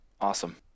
Awesome